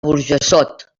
burjassot